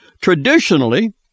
Traditionally